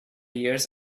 years